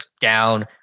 down